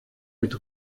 mit